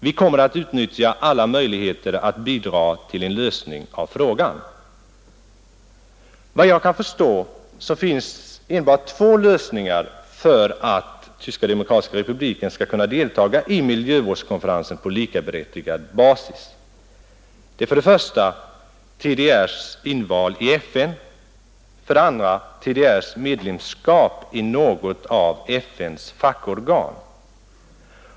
Vi kommer att utnyttja alla möjligheter att bidra till en lösning av frågan.” Efter vad jag kan förstå finns enbart två lösningar för att Tyska demokratiska republiken skall kunna deltaga i miljövårdskonferensen på likaberättigad basis. Det är för det första TDR:s inval i FN och för det andra TDR:s medlemskap i något av FN:s fackorgan.